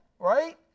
Right